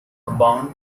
abound